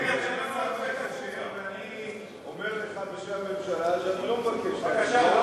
אני אומר לך בשם הממשלה שאני לא מבקש להצביע.